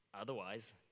Otherwise